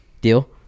Deal